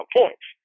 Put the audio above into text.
points